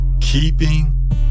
keeping